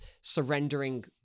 surrendering